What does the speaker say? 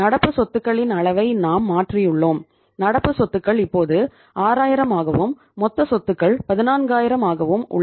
நடப்பு சொத்துகளின் அளவை நாம் மாற்றியுள்ளோம் நடப்பு சொத்துக்கள் இப்போது 6000 ஆகவும் மொத்த சொத்துக்கள் 14000 ஆகவும் உள்ளன